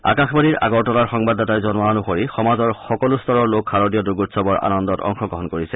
আকাশবাণীৰ আগৰতলাৰ সংবাদদাতাই জনোৱা অনুসৰি সমাজৰ সকলো স্তৰৰ লোক শাৰদীয় দুৰ্গোৎসৱৰ আনন্দত অংশগ্ৰহণ কৰিছে